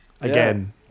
Again